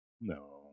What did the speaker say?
No